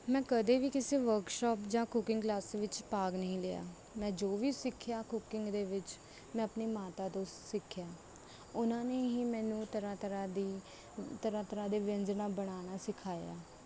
ਮੈਂ ਕਦੇ ਵੀ ਕਿਸੇ ਵਰਕਸ਼ੌਪ ਜਾਂ ਕੁਕਿੰਗ ਕਲਾਸ ਵਿੱਚ ਭਾਗ ਨਹੀਂ ਲਿਆ ਮੈਂ ਜੋ ਵੀ ਸਿੱਖਿਆ ਕੁਕਿੰਗ ਦੇ ਵਿੱਚ ਮੈਂ ਆਪਣੀ ਮਾਤਾ ਤੋਂ ਸਿੱਖਿਆ ਉਹਨਾਂ ਨੇ ਹੀ ਮੈਨੂੰ ਤਰ੍ਹਾਂ ਤਰ੍ਹਾਂ ਦੀ ਤਰ੍ਹਾਂ ਤਰ੍ਹਾਂ ਦੇ ਵਿਅੰਜਨਾਂ ਬਣਾਉਣਾ ਸਿਖਾਇਆ